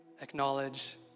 acknowledge